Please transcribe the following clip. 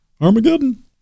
Armageddon